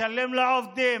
לשלם לעובדים,